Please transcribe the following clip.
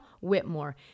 Whitmore